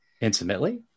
Intimately